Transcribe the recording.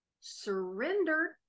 surrendered